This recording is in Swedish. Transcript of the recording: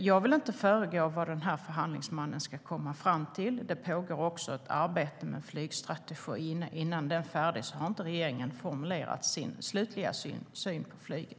Jag vill inte föregå vad förhandlingsmannen ska komma fram till. Det pågår också ett arbete med flygstrategin. Innan den är färdig har inte regeringen formulerat sin slutliga syn på flyget.